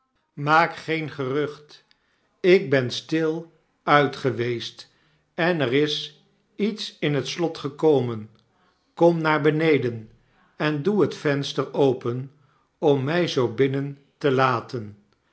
maak geen gerucht ik ben stil uit geweest en er is iets in het slct gekomen kom naar beneden en doe het venster open om mij zoo binnen te laten